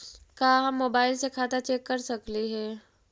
का हम मोबाईल से खाता चेक कर सकली हे?